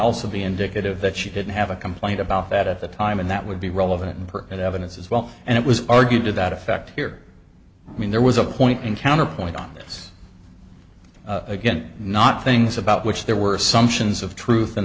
be indicative that she didn't have a complaint about that at the time and that would be relevant and per that evidence as well and it was argued to that effect here i mean there was a point in counterpoint on this again not things about which there were some sions of truth in